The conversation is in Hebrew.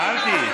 נעלתי.